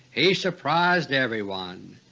he surprised everyone.